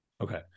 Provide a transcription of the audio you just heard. Okay